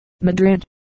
Madrid